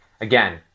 Again